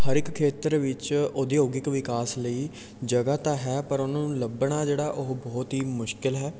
ਹਰ ਇੱਕ ਖੇਤਰ ਵਿੱਚ ਉਦਯੋਗਿਕ ਵਿਕਾਸ ਲਈ ਜਗ੍ਹਾ ਤਾਂ ਹੈ ਪਰ ਉਹਨਾਂ ਨੂੰ ਲੱਭਣਾ ਜਿਹੜਾ ਉਹ ਬਹੁਤ ਹੀ ਮੁਸ਼ਕਿਲ ਹੈ